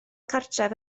cartref